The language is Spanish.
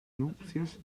nupcias